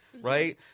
Right